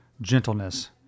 gentleness